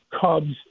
Cubs